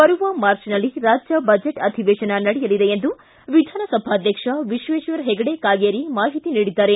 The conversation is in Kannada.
ಬರುವ ಮಾರ್ಚ್ನಲ್ಲಿ ರಾಜ್ಯ ಬಜೆಟ್ ಅಧಿವೇಶನ ನಡೆಯಲಿದೆ ಎಂದು ವಿಧಾನಸಭಾಧ್ವಕ್ಷ ವಿಶ್ವೆಶ್ವರ್ ಹೆಗಡೆ ಕಾಗೆರಿ ಮಾಹಿತಿ ನೀಡಿದ್ದಾರೆ